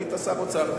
היית שר האוצר.